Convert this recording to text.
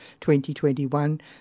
2021